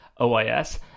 OIS